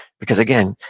because, again,